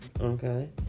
Okay